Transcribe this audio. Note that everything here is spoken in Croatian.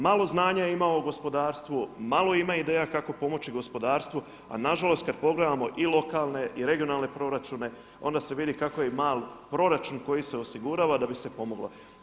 Malo znanja ima o gospodarstvu, malo ima ideja kako pomoći gospodarstvu a nažalost i kad pogledamo i lokalne i regionalne proračune onda se vidi kako je i mali proračun koji se osigurava da bi se pomoglo.